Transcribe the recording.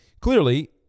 Clearly